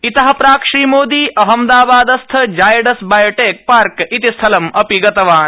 इतः प्राक् श्रीमोदी अहमदाबादस्थ जायडस बायोटेक् शार्क इति स्थलम् अपि गतवान्